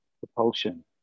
propulsion